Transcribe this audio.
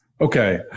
Okay